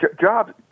jobs